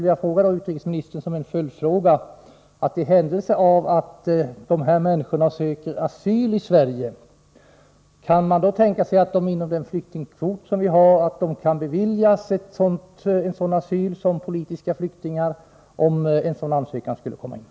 En följdfråga blir då: Kan man, i arbete önedriust: händelse av att ansökningar om asyl skulle inkomma, inom ramen för ningens tjänst gällande flyktingkvot betrakta dessa människor som politiska flyktingar och därmed bevilja dem asyl i Sverige?